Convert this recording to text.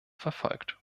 verfolgt